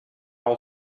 all